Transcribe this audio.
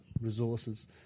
resources